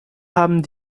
haben